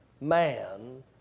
man